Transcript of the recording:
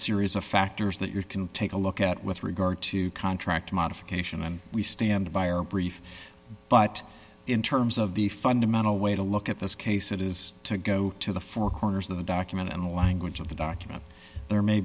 series of factors that you can take a look at with regard to contract modification and we stand by our brief but in terms of the fundamental way to look at this case it is to go to the four corners of the document and the language of the document there may